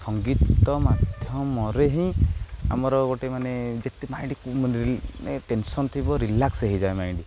ସଙ୍ଗୀତ ମାଧ୍ୟମରେ ହିଁ ଆମର ଗୋଟେ ମାନେ ଯେତେ ମାଇଣ୍ଡ ମାନେ ଟେନସନ ଥିବ ରିଲାକ୍ସ ହେଇଯାଏ ମାଇଣ୍ଡ